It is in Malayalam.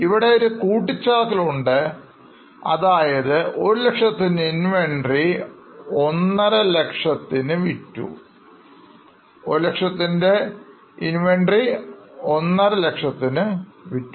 ഇവിടെ ഒരു കൂട്ടിച്ചേർക്കൽ ഉണ്ട് അതായത് 100000 ൻറെ Inventory 150000 ന് വിറ്റു